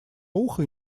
ухо